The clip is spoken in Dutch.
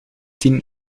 tien